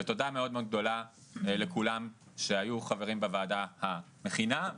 ותודה מאוד גדולה לכולם שהיו חברים בוועדה המכינה,